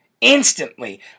instantly